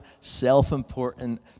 self-important